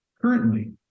Currently